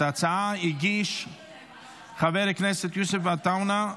את ההצעה הגיש חבר הכנסת יוסף עטאונה.